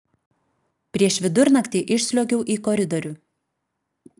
prieš vidurnaktį išsliuogiau į koridorių